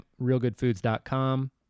realgoodfoods.com